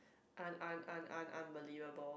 un un un un unbelievable